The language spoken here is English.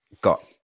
got